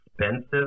expensive